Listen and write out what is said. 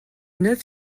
neuf